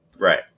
Right